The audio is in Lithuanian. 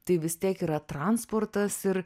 tai vis tiek yra transportas ir